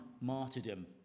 martyrdom